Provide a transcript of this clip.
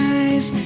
eyes